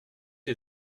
est